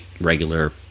regular